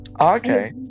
okay